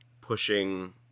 pushing